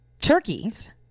Turkey's